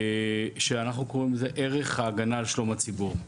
ואנחנו קוראים לזה ערך ההגנה על שלום הציבור.